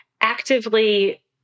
actively